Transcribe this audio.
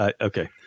Okay